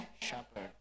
shepherd